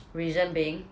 reason being